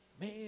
Man